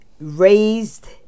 raised